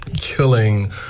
killing